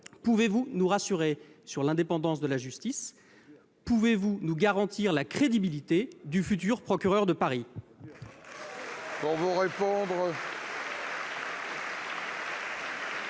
pouvez-vous nous rassurer sur l'indépendance de la justice ? Pouvez-vous nous garantir la crédibilité du futur procureur de Paris ?